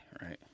right